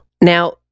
Now